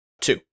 two